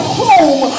home